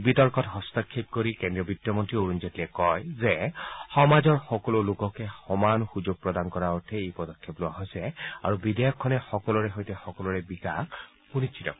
বিতৰ্কত হস্তক্ষেপ কৰি বিত্তমন্তী অৰুণ জেটলীয়ে কয় যে সমাজৰ সকলো লোককে সমান সুযোগ প্ৰদান কৰাৰ অৰ্থে এই পদক্ষেপ লোৱা হৈছে আৰু বিধেয়কখনে সকলোৰে সৈতে সকলোৰে বিকাশ সুনিশ্চিত কৰিব